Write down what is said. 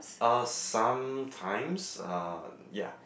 uh sometimes uh yeah